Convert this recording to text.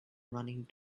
running